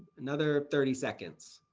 another thirty seconds.